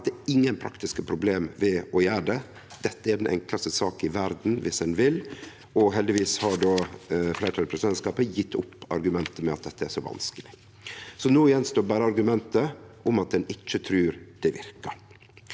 at det er ingen praktiske problem ved å gjere det. Dette er den enklaste sak i verda om ein vil, og heldigvis har fleirtalet i presidentskapet gjeve opp argumentet om at dette er så vanskeleg. Det er berre argumentet om at ein ikkje trur det verkar,